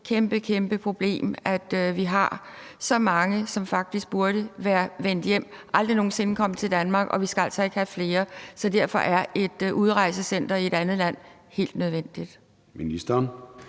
et kæmpe, kæmpe problem, at vi har så mange, som faktisk burde være vendt hjem og aldrig nogen sinde være kommet til Danmark, og vi skal altså ikke have flere, så derfor er et udrejsecenter i et andet land helt nødvendigt.